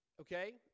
okay